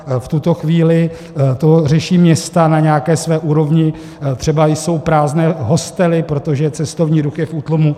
V tuto chvíli to řeší města na nějaké své úrovni, třeba jsou prázdné hostely, protože cestovní ruch je v útlumu.